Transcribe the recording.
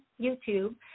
YouTube